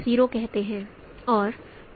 0 कहते हैं